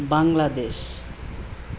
Bangladesh